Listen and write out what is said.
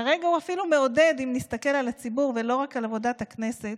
כרגע, אם נסתכל על הציבור ולא רק על עבודת הכנסת,